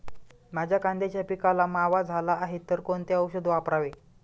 माझ्या कांद्याच्या पिकाला मावा झाला आहे तर कोणते औषध वापरावे?